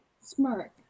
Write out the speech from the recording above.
Smirk